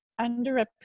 underrepresented